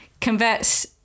converts